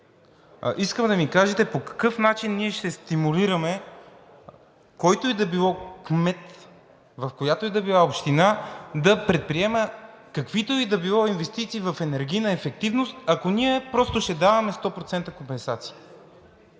Искам да ми кажете по какъв начин ние ще стимулираме който и да било кмет, в която и да било община, да предприеме каквито и да било инвестиции в енергийна ефективност, ако ние просто ще даваме 100% компенсации?